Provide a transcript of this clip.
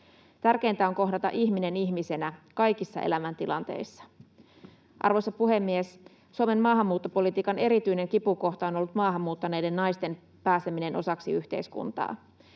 Tärkeintä on kohdata ihminen ihmisenä kaikissa elämäntilanteissa. Arvoisa puhemies! Suomen maahanmuuttopolitiikan erityinen kipukohta on ollut maahan muuttaneiden naisten pääseminen osaksi yhteiskuntaa.